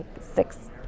six